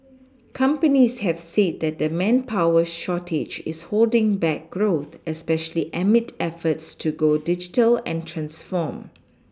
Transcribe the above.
companies have said that the manpower shortage is holding back growth especially amid efforts to go digital and transform